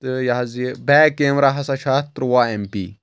تہٕ یہِ حظ یہِ بیک کیمرہ ہَسا چھُ اَتھ تُرٛواہ ایم پی